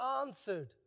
answered